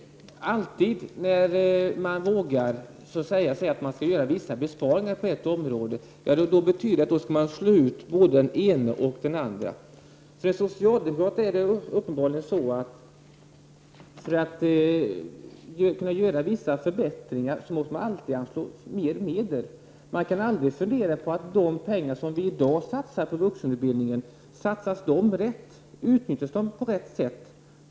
Alltid när någon vågar säga att man skall göra vissa besparingar på ett område anser socialdemokraterna att det innebär att man kommer att slå ut både den ene och den andre. För socialdemokraterna är det uppenbarligen så att man för att kunna göra förbättringar alltid måste anslå mer medel. Man kan aldrig fundera över om t.ex. de pengar som i dag satsas på vuxenutbildning satsas rätt eller utnyttjas på rätt sätt.